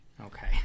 Okay